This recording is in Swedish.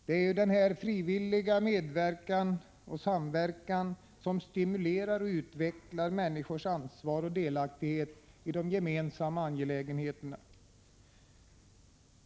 Det är denna frivilliga medverkan och samverkan som stimulerar och utvecklar människors ansvar och delaktighet i de gemensamma angelägenheterna.